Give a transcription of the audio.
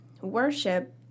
worship